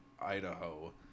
idaho